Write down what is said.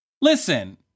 Listen